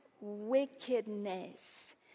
wickedness